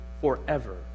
forever